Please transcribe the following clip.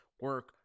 Work